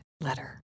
letter